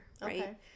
Right